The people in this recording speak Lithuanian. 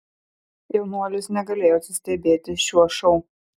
jaunuolis negalėjo atsistebėti šiuo šou